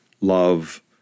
love